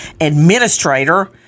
administrator